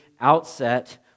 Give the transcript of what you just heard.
outset